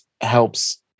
helps